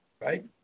right